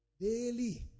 Daily